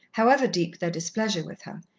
however deep their displeasure with her,